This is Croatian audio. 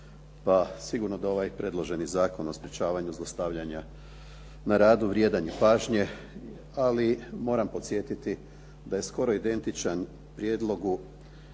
Pa sigurno da ovaj predloženi Zakon o sprječavanju zlostavljanja na radu vrijedan je pažnje, ali moram podsjetiti da je skoro identičan prijedlogu